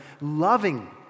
loving